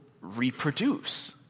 reproduce